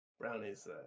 brownies